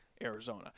Arizona